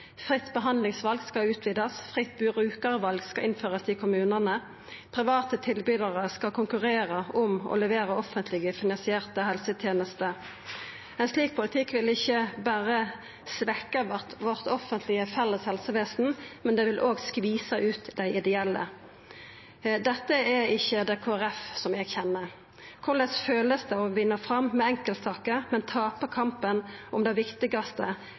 Fritt behandlingsval skal utvidast, fritt brukarval skal innførast i kommunane, og private tilbydarar skal konkurrera om å levera offentleg finansierte helsetenester. Ein slik politikk vil ikkje berre svekkja det felles, offentlege helsevesenet vårt, men det vil òg skvisa ut dei ideelle. Dette er ikkje det Kristeleg Folkeparti som eg kjenner. Korleis kjennest det å vinna fram med enkeltsaker, men tapa kampen om det viktigaste: